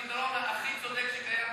זה הפתרון הכי צודק שקיים.